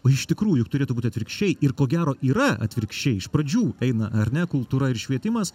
o iš tikrųjų juk turėtų būt atvirkščiai ir ko gero yra atvirkščiai iš pradžių eina ar ne kultūra ir švietimas